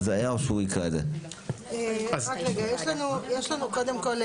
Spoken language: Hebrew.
יש לנו קודם כל,